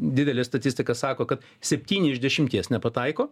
didelė statistika sako kad septyni iš dešimties nepataiko